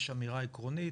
יש אמירה עקרונית